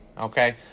Okay